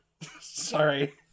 Sorry